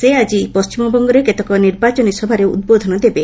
ସେ ଆକି ପଣ୍ଟିମବଙ୍ଗରେ କେତେକ ନିର୍ବାଚନୀ ସଭାରେ ଉଦ୍ବୋଧନ ଦେବେ